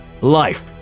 Life